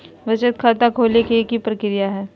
बचत खाता खोले के कि प्रक्रिया है?